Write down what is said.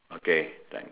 okay like